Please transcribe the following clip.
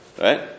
Right